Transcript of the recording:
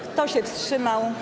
Kto się wstrzymał?